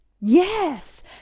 Yes